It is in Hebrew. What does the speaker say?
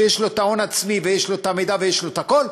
שיש לו ההון העצמי ויש לו המידע ויש לו הכול,